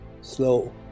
slow